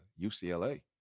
UCLA